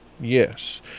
Yes